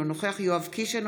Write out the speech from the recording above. אינו נוכח יואב קיש,